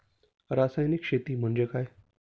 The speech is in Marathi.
रासायनिक शेती म्हणजे काय?